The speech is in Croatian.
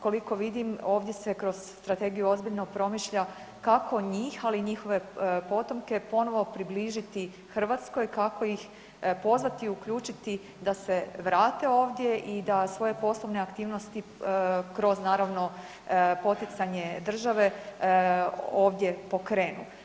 Koliko vidim, ovdje se kroz Strategiju ozbiljno promišlja kako njih, ali i njihove potomke ponovo približiti Hrvatskoj, kako ih pozvati i uključiti da se vrate ovdje i da svoje poslovne aktivnosti kroz, naravno, poticanje države, ovdje pokrenu.